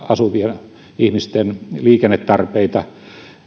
asuvien ihmisten liikennetarpeita